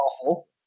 awful